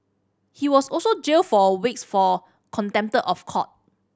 he was also jailed for a weeks for contempt of court